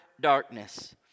darkness